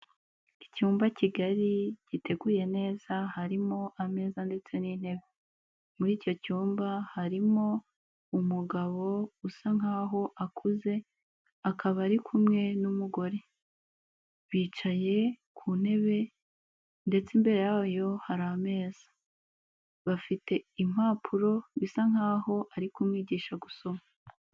Icyumba kigari, giteguye neza, harimo ameza ndetse n'intebe, muri icyo cyumba harimo umugabo usa nk'aho akuze, akaba ari kumwe n'umugore, bicaye ku ntebe ndetse imbere yayo hari ameza, bafite impapuro bisa nk'aho ari kumwigisha gusoma.